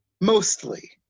mostly